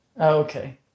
Okay